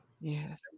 Yes